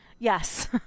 yes